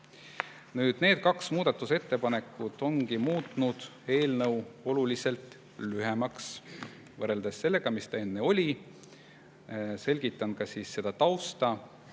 Need kaks muudatusettepanekut ongi muutnud eelnõu oluliselt lühemaks, võrreldes sellega, kui pikk ta enne oli. Selgitan tausta.